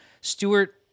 Stewart